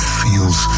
feels